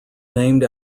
named